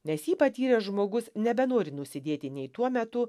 nes jį patyręs žmogus nebenori nusidėti nei tuo metu